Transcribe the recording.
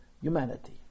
humanity